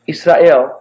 Israel